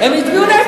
הם הצביעו נגד,